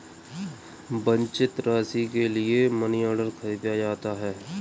वांछित राशि के लिए मनीऑर्डर खरीदा जाता है